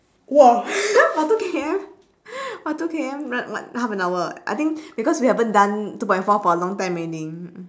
!wah! for two K_M !wah! two K_M run what half an hour I think because we haven't done two point four for a long time already